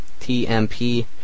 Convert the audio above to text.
TMP